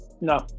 no